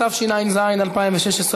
התשע"ז 2016,